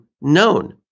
known